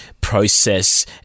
process